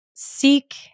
Seek